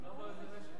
הוא לא אמר איזו רשת.